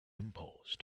impulse